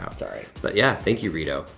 um sorry. but yeah, thank you, rito.